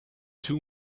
two